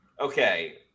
Okay